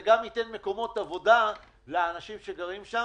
וזה גם ייתן מקומות עבודה לאנשים שגרים שם.